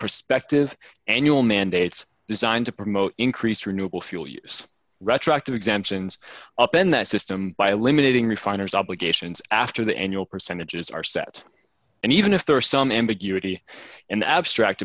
prospective annual mandates designed to promote increased renewable fuel use retroactive exemptions up in that system by eliminating refiners obligations after the annual percentages are set and even if there are some ambiguity in the abstract